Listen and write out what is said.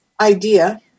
idea